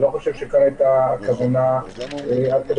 אני לא חושב שכאן הייתה הכוונה עד כדי